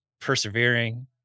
persevering